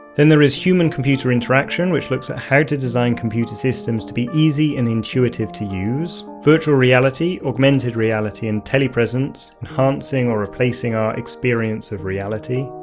then there is human computer interaction which looks at how to design computer systems to be easy and intuitive to use. virtual reality, augmented reality and teleprescence enhancing or replacing our experience of reality.